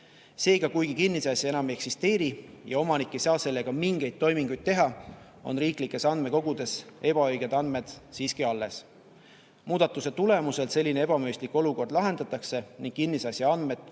Seega, kuigi kinnisasja enam ei eksisteeri ja omanik ei saa sellega mingeid toiminguid teha, on riiklikes andmekogudes ebaõiged andmed siiski alles. Muudatuse tulemusel selline ebamõistlik olukord lahendatakse ning kinnisasja andmed